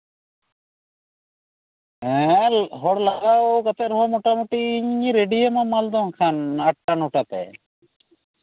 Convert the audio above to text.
ᱦᱮᱸ ᱦᱚᱲ ᱞᱟᱜᱟᱣ ᱠᱟᱛᱮᱫ ᱨᱮᱦᱚᱸ ᱢᱳᱴᱟᱢᱩᱴᱤᱧ ᱨᱮᱰᱤᱭᱟ ᱢᱟᱞ ᱫᱚ ᱦᱟᱜ ᱠᱷᱟᱱ ᱟᱴᱴᱟ ᱱᱚᱴᱟᱛᱮ